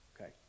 Okay